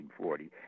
1940